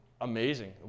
amazing